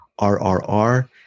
RRR